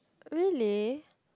really